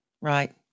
Right